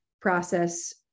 process